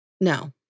No